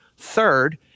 Third